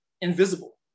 invisible